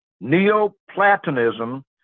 Neoplatonism